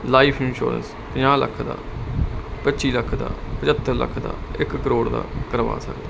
life ਦਾ ਪੰਜਾਹ ਲੱਖ ਦਾ ਪੱਚੀ ਲੱਖ ਦਾ ਪਚੱਤਰ ਲੱਖ ਦਾ ਇਕ ਕਰੋੜ ਦਾ ਕਰਵਾ ਸਕਦਾ